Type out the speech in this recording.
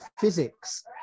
physics